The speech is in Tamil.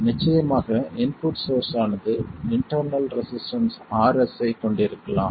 நிச்சயமாக இன்புட் சோர்ஸ் ஆனது இன்டெர்னல் ரெசிஸ்டன்ஸ் Rs ஐக் கொண்டிருக்கலாம்